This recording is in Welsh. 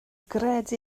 gred